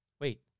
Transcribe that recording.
Wait